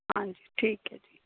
ਹਾਂਜੀ ਠੀਕ ਹੈ ਜੀ